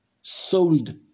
sold